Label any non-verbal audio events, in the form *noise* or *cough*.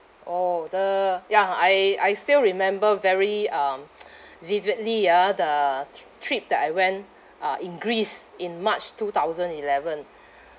orh the ya I I still remember very um *noise* vividly ah the tr~ trip that I went uh in greece in march two thousand eleven